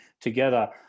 together